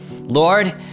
Lord